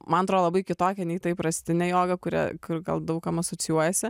man atrodo labai kitokia nei ta įprastinė joga kuri kur gal daug kam asocijuojasi